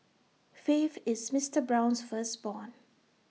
faith is Mister Brown's firstborn